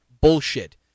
bullshit